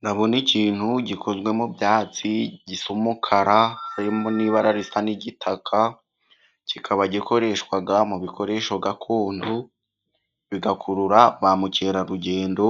Ndabona ikintu gikozwe mu byatsi gisa umukara harimo n'ibara risa n'igitaka. Kikaba gikoreshwa mu bikoresho gakondo bigakurura ba mukerarugendo